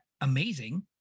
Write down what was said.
amazing